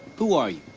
who are you?